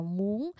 muốn